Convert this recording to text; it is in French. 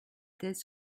tête